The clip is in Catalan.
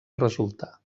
resultar